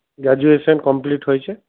graduation complete হয়েছে